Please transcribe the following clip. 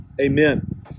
Amen